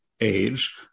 age